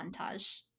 montage